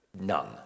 None